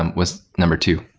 and was number two.